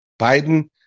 Biden